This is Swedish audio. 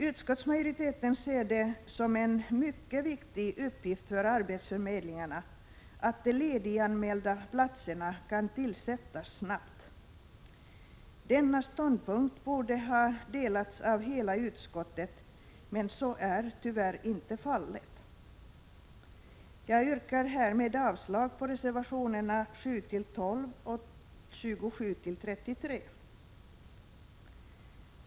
Utskottsmajoriteten ser det som en mycket viktig uppgift för arbetsförmedlingarna att de lediganmälda platserna kan tillsättas snabbt. Denna ståndpunkt borde ha delats av hela utskottet, men så är tyvärr inte fallet. Jag yrkar härmed avslag på reservationerna 7—-12 och 27-33.